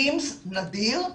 Pims נדיר,